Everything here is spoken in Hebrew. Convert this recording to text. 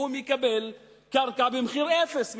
והוא מקבל מהמדינה קרקע במחיר אפס,